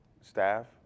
staff